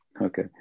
okay